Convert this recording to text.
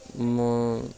ಇನ್ನೂ